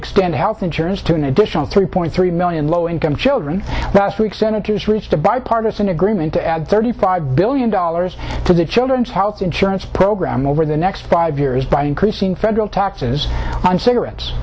extend health insurance to an additional three point three million low income children that's rick senators reached a bipartisan agreement to add thirty five billion dollars to the children's health insurance program over the next five years by increasing federal taxes on cigarettes